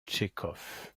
tchekhov